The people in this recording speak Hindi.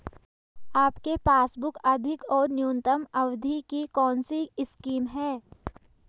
आपके पासबुक अधिक और न्यूनतम अवधि की कौनसी स्कीम है?